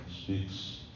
speaks